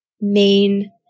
main